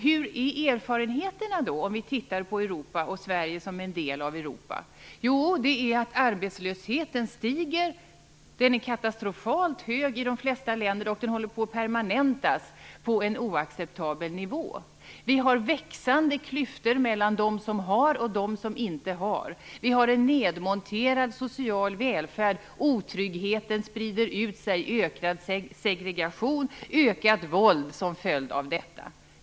Hur är erfarenheterna då, om vi ser på Europa och på Sverige som en del av Europa? Jo, arbetslösheten stiger. Den är katastrofalt hög i de flesta länder och håller på att permanentas på en oacceptabel nivå. Vi har växande klyftor mellan dem som har och dem som inte har. Vi har en nedmonterad social välfärd. Otryggheten breder ut sig. Vi har ökad segregation och ökat våld som följd av detta.